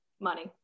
Money